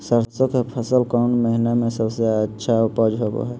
सरसों के फसल कौन महीना में सबसे अच्छा उपज होबो हय?